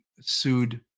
sued